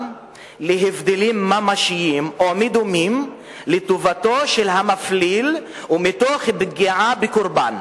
להבדלים ממשיים או מדומים לטובתו של המפליל ומתוך פגיעה בקורבן,